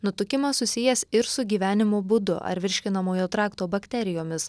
nutukimas susijęs ir su gyvenimo būdu ar virškinamojo trakto bakterijomis